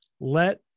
let